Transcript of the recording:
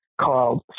called